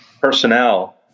personnel